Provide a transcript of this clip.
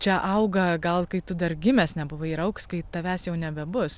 čia auga gal kai tu dar gimęs nebuvai ir augs kai tavęs jau nebebus